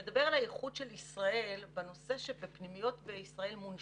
הוא מדבר על הייחוד של ישראל בנושא שבפנימיות בישראל מונשמים.